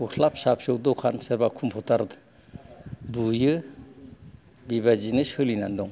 गस्ला फिसा फिसौ दखान सोरबा कम्पुटार बुयो बेबायदिनो सोलिनानै दं